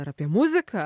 ir apie muziką